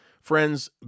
Friends